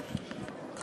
תודה רבה לך,